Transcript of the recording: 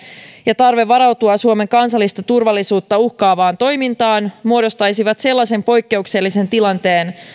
ja tarve varautua suomen kansallista turvallisuutta uhkaavaan toimintaan muodostaisivat sellaisen poikkeuksellisen tilanteen